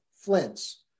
flints